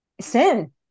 sin